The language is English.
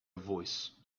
voice